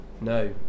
No